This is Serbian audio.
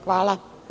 Hvala.